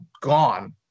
gone